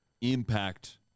impact